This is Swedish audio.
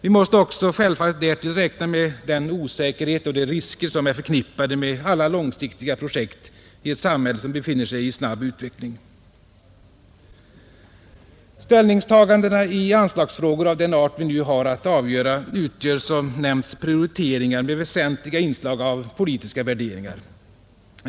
Vi måste också självfallet därtill räkna med den osäkerhet och de risker som är förknippade med alla långsiktiga projekt i ett samhälle som befinner sig i snabb utveckling. Ställningstagandena i anslagsfrågor av den art vi nu har att avgöra utgör som nämnts prioriteringar med väsentliga inslag av politiska värderingar.